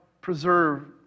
preserve